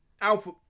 Alpha